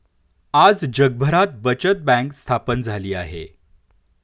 आज जगभरात बचत बँक स्थापन झाली आहे